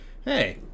Hey